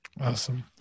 Awesome